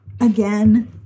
again